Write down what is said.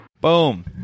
Boom